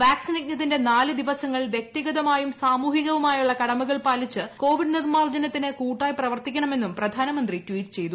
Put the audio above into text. vaccine യജ്ഞത്തിന്റെ നാല് ദിവസങ്ങൾ വ്യക്തിഗതമായും സാമൂഹികവുമായ കടമകൾ പാലിച്ച് കോവിഡ് നിർമ്മാർജ്ജനത്തിന് കൂട്ടായി പ്രവർത്തിക്കണമെന്നും പ്രധാനമന്ത്രി ട്വീറ്റ് ചെയ്തു